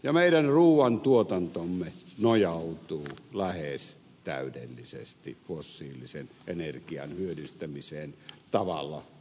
meidän ruuan tuotantomme nojautuu lähes täydellisesti fossiilisen energian hyödyntämiseen tavalla tai toisella